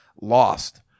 lost